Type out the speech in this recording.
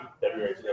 February